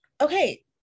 okay